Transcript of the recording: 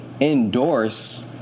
endorse